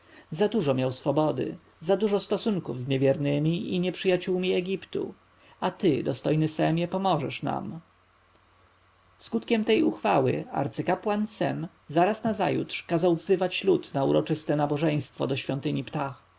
dużo miał swobody za dużo stosunków z niewiernymi i nieprzyjaciółmi egiptu a ty dostojny semie pomożesz nam skutkiem tej uchwały arcykapłan sem zaraz nazajutrz kazał wzywać lud na uroczyste nabożeństwo do świątyni ptah